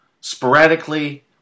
sporadically